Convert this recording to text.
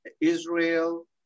Israel